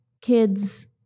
kids